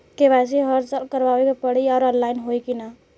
KYC हर साल करवावे के पड़ी और ऑनलाइन होई की ना?